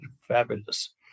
fabulous